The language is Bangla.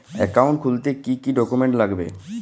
অ্যাকাউন্ট খুলতে কি কি ডকুমেন্ট লাগবে?